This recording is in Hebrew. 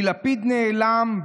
כי לפיד נעלם,